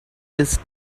his